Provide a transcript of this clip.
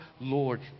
lord